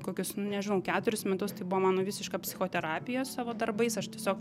kokius nežinau keturis metus tai buvo mano visiška psichoterapija savo darbais aš tiesiog